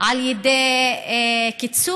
על ידי קיצוץ